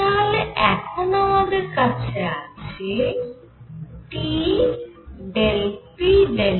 তাহলে এখন আমাদের কাছে আছে T∂p∂TVT3∂u∂TV4u3